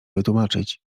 wytłumaczyć